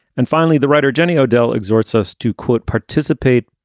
and finally, the writer jenny o'dell exhorts us to, quote, participate,